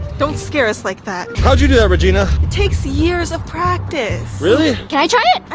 don't scare us like that! how did you do that regina! it takes years of practice. really! can i try it?